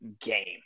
game